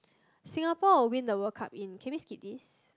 Singapore will win the World Cup in can we skip this